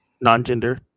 non-gender